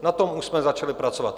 Na tom už jsme začali pracovat.